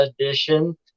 edition